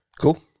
Cool